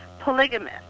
polygamous